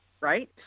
right